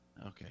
Okay